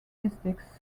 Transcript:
mystics